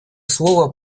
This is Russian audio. слова